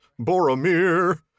Boromir